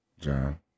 John